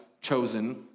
chosen